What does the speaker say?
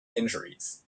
injuries